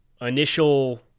initial –